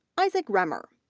isaac roemer,